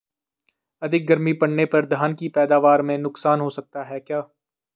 अधिक गर्मी पड़ने पर धान की पैदावार में नुकसान हो सकता है क्या?